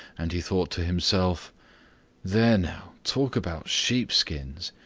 and he thought to himself there now talk about sheep-skins!